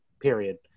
period